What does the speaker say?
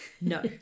No